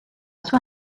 sua